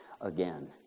again